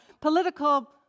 political